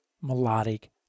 melodic